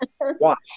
Watch